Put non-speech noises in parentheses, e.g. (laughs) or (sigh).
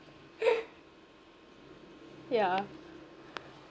(laughs) yeah